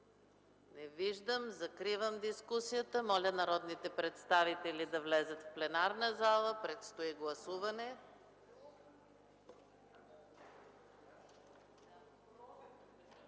Не виждам. Закривам дискусията. Моля народните представители да влязат в пленарната зала – предстои гласуване.